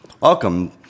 Welcome